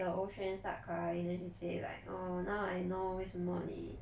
the 欧萱 start crying then she say like oh now I know 为什么你